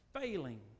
failing